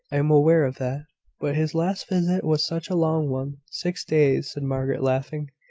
i am aware of that but his last visit was such a long one six days, said margaret, laughing.